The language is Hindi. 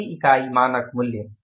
प्रति इकाई मानक मूल्य